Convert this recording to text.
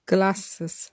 Glasses